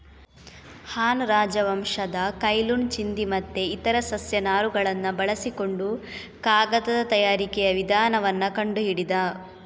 ಹಾನ್ ರಾಜವಂಶದ Cai Lun ಚಿಂದಿ ಮತ್ತೆ ಇತರ ಸಸ್ಯ ನಾರುಗಳನ್ನ ಬಳಸಿಕೊಂಡು ಕಾಗದದ ತಯಾರಿಕೆಯ ವಿಧಾನವನ್ನ ಕಂಡು ಹಿಡಿದ